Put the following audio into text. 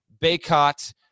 Baycott